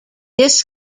this